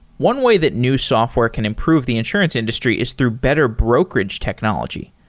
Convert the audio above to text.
one way that new software can improve the insurance industry is through better brokerage technology.